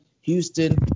Houston